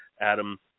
Adam